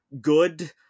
good